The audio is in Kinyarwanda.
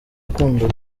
rukundo